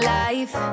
life